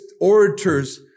orators